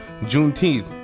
Juneteenth